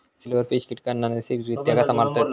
Silverfish कीटकांना नैसर्गिकरित्या कसा मारतत?